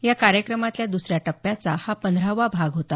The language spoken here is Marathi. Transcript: या कार्यक्रमातल्या द्सऱ्या टप्प्याचा हा पंधरावा भाग होता